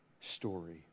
story